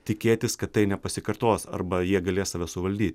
tikėtis kad tai nepasikartos arba jie galės save suvaldyt